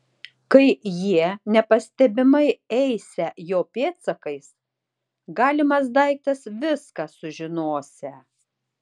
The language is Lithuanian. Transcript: kai jie nepastebimai eisią jo pėdsakais galimas daiktas viską sužinosią